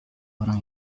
orang